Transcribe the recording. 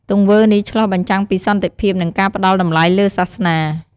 ទង្វើនេះឆ្លុះបញ្ចាំងពីសន្តិភាព និងការផ្ដល់តម្លៃលើសាសនា។